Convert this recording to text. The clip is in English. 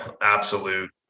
absolute